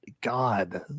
God